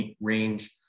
range